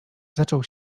zaczął